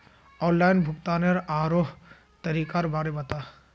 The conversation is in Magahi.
ऑनलाइन भुग्तानेर आरोह तरीकार बारे बता